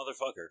motherfucker